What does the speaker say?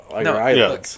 No